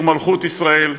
עיר מלכות ישראל,